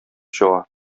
чыга